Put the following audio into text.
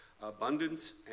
abundance